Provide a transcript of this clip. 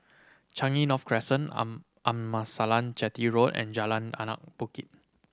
Changi North Crescent Amasalam Chetty Road and Jalan Anak Bukit